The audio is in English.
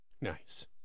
Nice